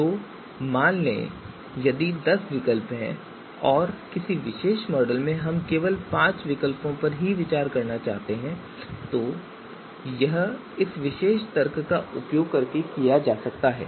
तो मान लें कि यदि दस विकल्प हैं और किसी विशेष मॉडल के लिए हम केवल पांच विकल्पों पर विचार करना चाहते हैं तो यह इस विशेष तर्क का उपयोग करके किया जा सकता है